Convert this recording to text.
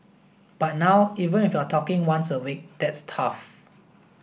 but now even if you're talking once a week that's tough